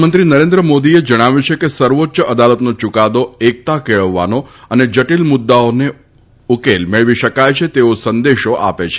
પ્રધાનમંત્રી નરેન્દ્ર મોદીએ જણાવ્યું છે કે સર્વોચ્ય અદાલતનો યૂકાદો એકતા કેળવવાનો અને જટિલ મુદ્દાઓનો ઉકેલ મેળવી શકાય છે તેવો સંદેશો આપે છે